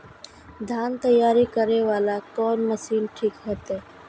धान तैयारी करे वाला कोन मशीन ठीक होते?